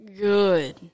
good